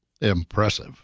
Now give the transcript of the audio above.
Impressive